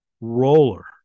roller